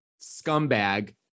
scumbag